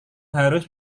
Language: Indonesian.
harus